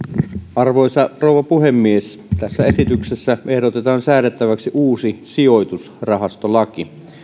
arvoisa rouva puhemies tässä esityksessä ehdotetaan säädettäväksi uusi sijoitusrahastolaki